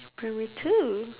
primary two